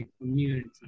community